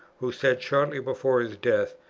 who said shortly before his death,